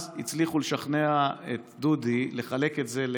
אז הצליחו לשכנע את דודי לחלק את זה,